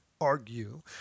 argue